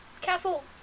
Castle